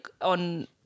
on